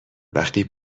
وقتی